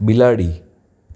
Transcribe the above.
બિલાડી